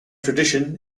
tradition